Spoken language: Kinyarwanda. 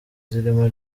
zirimo